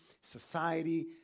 society